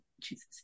Jesus